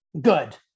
good